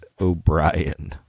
O'Brien